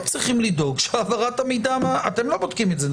הם צריכים לדאוג שהעברת המידע אתם לא בודקים את זה,